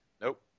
Nope